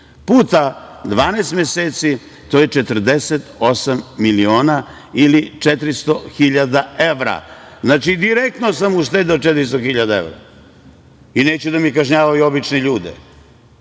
puta 12 meseci, to je 48 miliona ili 400 hiljada evra. Znači, direktno sam uštedeo 400 hiljada evra i neću da mi kažnjavaju obične ljude